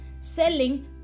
selling